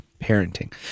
parenting